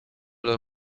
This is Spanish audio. los